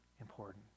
important